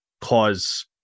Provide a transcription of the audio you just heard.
cause